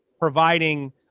providing